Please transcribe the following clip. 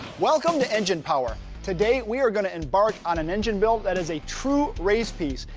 welcome to engine power. today we are going to embark on an engine build that is a true race piece,